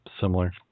similar